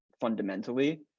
fundamentally